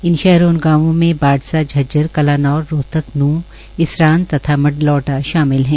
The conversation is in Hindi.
इन शहरों और गांवों में बाढसा झज्जर कलानौर रोहतक नूहं इसरान तथा मडलौडा शामिल है